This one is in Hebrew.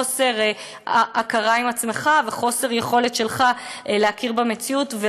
חוסר הכרה עם עצמך וחוסר שלך להכיר במציאות,